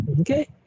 Okay